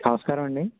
నమస్కారమండి